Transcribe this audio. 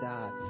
God